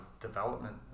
development